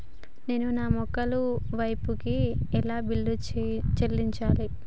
నేను నా యొక్క వై ఫై కి ఎలా బిల్లు చెల్లించాలి?